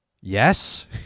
yes